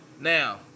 now